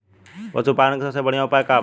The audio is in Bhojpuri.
पशु पालन के सबसे बढ़ियां उपाय का बा?